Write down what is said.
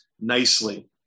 nicely